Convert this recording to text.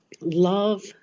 love